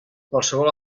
qualsevol